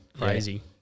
crazy